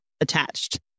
attached